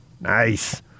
Nice